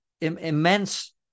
immense